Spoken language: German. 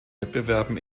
wettbewerben